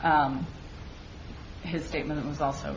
his statement was also